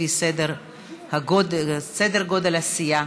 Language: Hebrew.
לפי סדר גודל הסיעה